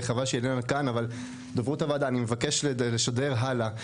חבל שהיא איננה כאן כדי לשדר הלאה,